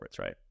right